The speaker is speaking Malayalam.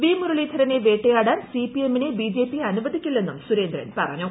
വിമുരളീധരനെ വേട്ടയാടാൻ സിപിഎമ്മിനെ ബിജെപി അനുവദിക്കില്ലെന്നും സുരേന്ദ്രൻ പറഞ്ഞു